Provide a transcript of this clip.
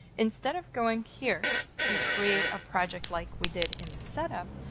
instead of going here to create a project like we did in the setup,